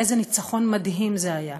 איזה ניצחון מדהים זה היה.